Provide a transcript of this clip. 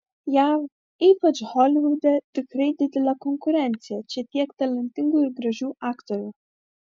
jav ypač holivude tikrai didelė konkurencija čia tiek talentingų ir gražių aktorių